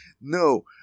No